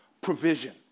provision